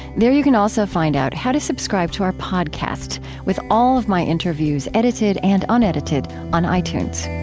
there you can also find out how to subscribe to our podcast with all of my interviews edited and unedited on itunes.